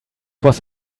was